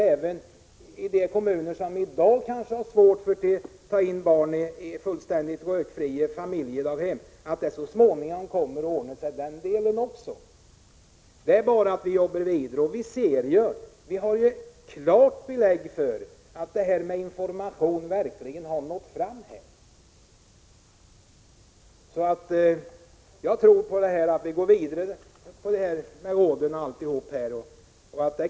Även i de kommuner där det i dag kan vara svårt att placera barn i fullständigt rökfria familjedaghem kommer det så småningom att ordna sig även i det avseendet. Som jag tidigare har sagt är det bara att jobba vidare med detta. Vi har ju klara belägg för att informationen på detta område verkligen har nått fram. Jag tror således att det är viktigt att gå vidare med olika råd etc.